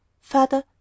father